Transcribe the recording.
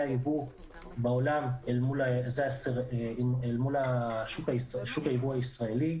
הייבוא בעולם אל מול שוק הייבוא הישראלי.